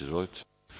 Izvolite.